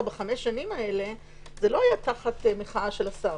בחמש השנים האלה זה לא היה תחת מחאה של השר.